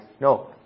No